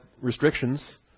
restrictions